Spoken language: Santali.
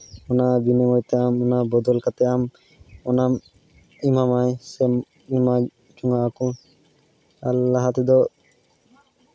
ᱚᱱᱟ ᱵᱤᱱᱤᱢᱚᱭᱛᱮ ᱟᱢ ᱚᱱᱟ ᱵᱚᱫᱚᱞ ᱠᱟᱛᱮ ᱟᱢ ᱚᱱᱟ ᱮᱢᱟᱢᱟᱭ ᱥᱮᱢ ᱮᱢᱟᱭ ᱥᱮ ᱚᱱᱟᱠᱚ ᱟᱨ ᱞᱟᱦᱟ ᱛᱮᱫᱚ